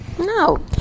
No